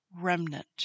remnant